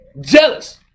jealous